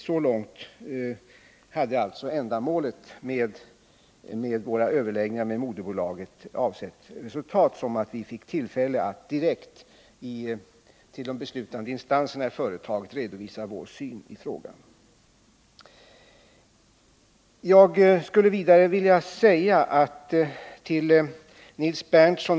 Så långt hade alltså ändamålet med våra överläggningar med moderbolaget avsett resultat som att vi fick tillfälle att direkt till de beslutande instanserna i företaget redovisa vår syn i frågan. Jag skulle vilja säga till Nils Berndtson.